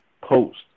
Post